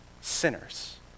sinners